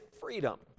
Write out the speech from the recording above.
freedom